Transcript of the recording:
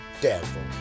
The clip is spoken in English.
Devil